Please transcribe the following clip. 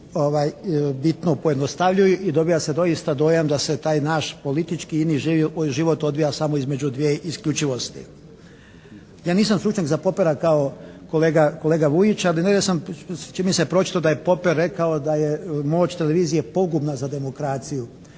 bitno pojednostavljuju i dobiva se doista dojam da se taj naš politički i ini život odvija samo između dvije isključivosti. Ja nisam stručnjak za Popera kao kolega Vujić, ali negdje sam čini mi se pročitao da je Poper rekao da je moć televizija pogubna za demokraciju.